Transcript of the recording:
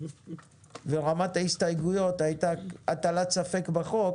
ורמת ההסתייגויות הייתה הטלת ספק בחוק